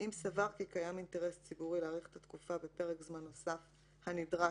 אם סבר כי קיים אינטרס ציבורי להאריך את התקופה בפרק זמן נוסף הנדרש